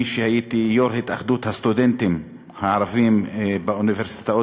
שהייתי יושב-ראש התאחדות הסטודנטים הערביים באוניברסיטאות,